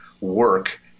work